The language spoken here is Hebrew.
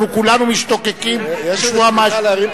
אנחנו כולנו משתוקקים לשמוע מה יש לך לומר.